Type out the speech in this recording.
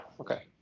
Okay